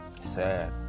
sad